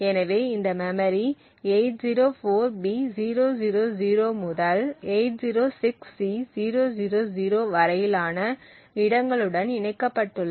எனவே இந்த memory 804b000 முதல் 806c000 வரையிலான இடங்களுடன் இணைக்கப்பட்டுள்ள